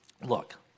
Look